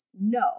no